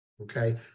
Okay